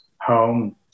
home